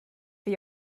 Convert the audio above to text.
for